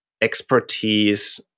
expertise